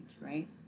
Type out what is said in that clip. right